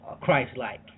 Christ-like